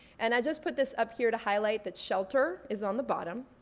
and i just put this up here to highlight that shelter is on the bottom.